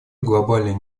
глобальной